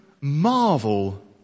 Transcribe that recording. marvel